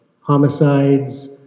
homicides